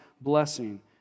blessing